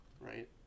right